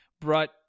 brought